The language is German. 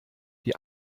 die